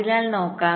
അതിനാൽ നോക്കാം